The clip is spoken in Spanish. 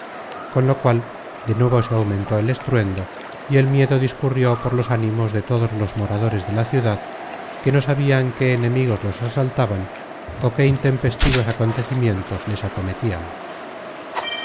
con lo cual de nuevo se aumentó el estruendo y el miedo discurrió por los ánimos de todos los moradores de la ciudad que no sabian qué enemigos los asaltaban ó qué intempestivos acontecimientos les acometian